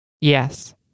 Yes